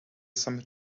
some